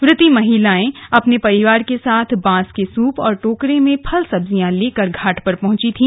व्रती महिलाएं अपने परिवार के साथ बांस के सूप और टोकरे में फल सब्जियां लेकर घाट पर पहुची थी